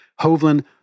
Hovland